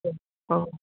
অঁ